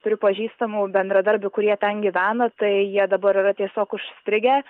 turiu pažįstamų bendradarbių kurie ten gyvena tai jie dabar yra tiesiog užstrigę